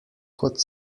kot